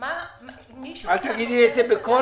אל תגידי את זה בקול...